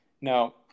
Now